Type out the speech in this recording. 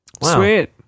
Sweet